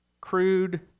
crude